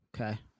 Okay